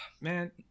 man